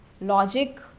logic